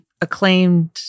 acclaimed